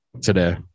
today